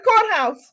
courthouse